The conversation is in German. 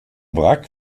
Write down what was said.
wrack